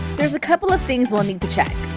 there's a couple of things we'll need to check.